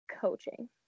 coaching